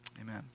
Amen